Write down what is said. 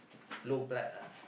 low blood ah